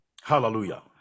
hallelujah